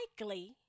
likely